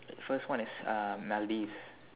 the first one is uh Maldives